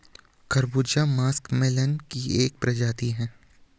खरबूजा मस्कमेलन की एक प्रजाति है